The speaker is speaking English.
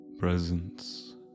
presence